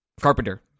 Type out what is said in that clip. Carpenter